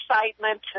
excitement